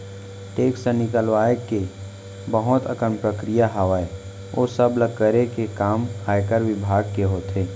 tax निकलवाय के बहुत अकन प्रक्रिया हावय, ओ सब्बो ल करे के काम आयकर बिभाग के होथे